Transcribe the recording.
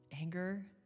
anger